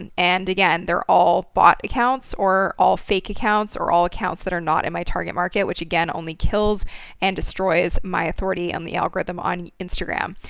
and and again, they're all bot accounts, or all fake accounts, or all accounts that are not in my target market, which again only kills and destroys my authority in the algorithm on instagram.